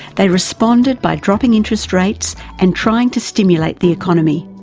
they responded by dropping interest rates and trying to stimulate the economy.